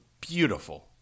beautiful